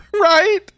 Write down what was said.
Right